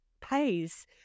pays